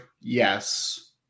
Yes